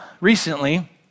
recently